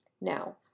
Now